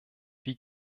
wie